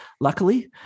Luckily